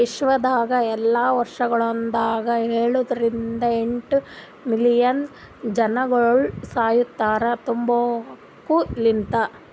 ವಿಶ್ವದಾಗ್ ಎಲ್ಲಾ ವರ್ಷಗೊಳದಾಗ ಏಳ ರಿಂದ ಎಂಟ್ ಮಿಲಿಯನ್ ಜನಗೊಳ್ ಸಾಯಿತಾರ್ ತಂಬಾಕು ಲಿಂತ್